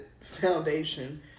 foundation